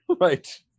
right